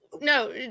no